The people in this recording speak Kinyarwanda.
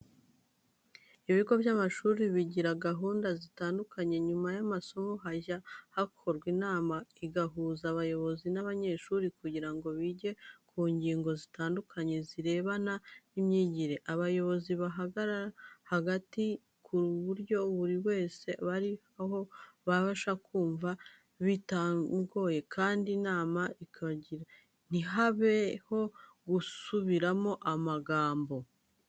Ibigo by'amashuri bigira gahunda zitandukanye, nyuma y'amasomo hajya hakorwa inama igahuza abayobozi n'abanyeshuri kugira ngo bige ku ngingo zitandukanye zirebana n'imyigire. Abayobozi bahagarara hagati ku buryo buri wese mu bari aho abasha kumwumva bitamugoye, kandi inama ikamara igihe cyateganyijwe, ntihabeho gusubiramo amagambo.